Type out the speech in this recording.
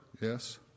Yes